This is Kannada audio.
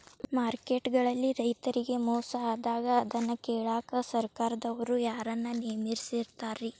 ಮಾರ್ಕೆಟ್ ಗಳಲ್ಲಿ ರೈತರಿಗೆ ಮೋಸ ಆದಾಗ ಅದನ್ನ ಕೇಳಾಕ್ ಸರಕಾರದವರು ಯಾರನ್ನಾ ನೇಮಿಸಿರ್ತಾರಿ?